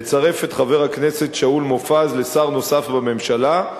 לצרף את חבר הכנסת שאול מופז כשר נוסף בממשלה,